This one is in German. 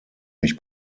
mich